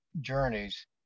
journeys